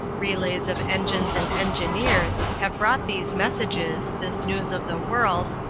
relays of engines and engineers have brought these messages, this news of the world,